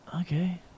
okay